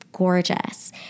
gorgeous